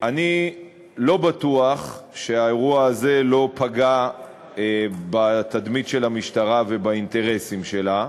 אני לא בטוח שהאירוע הזה לא פגע בתדמית של המשטרה ובאינטרסים שלה,